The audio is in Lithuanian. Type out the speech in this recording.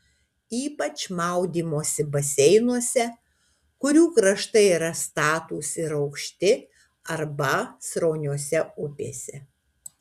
ypač maudymosi baseinuose kurių kraštai statūs ir aukšti arba srauniose upėse